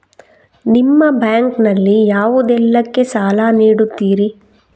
ನಿಮ್ಮ ಬ್ಯಾಂಕ್ ನಲ್ಲಿ ಯಾವುದೇಲ್ಲಕ್ಕೆ ಸಾಲ ನೀಡುತ್ತಿರಿ?